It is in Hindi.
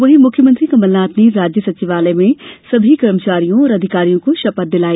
वहीं मुख्यमंत्री कमलनाथ ने राज्य सचिवालय में सभी कर्मचारियों और अधिकारियों को शपथ दिलाई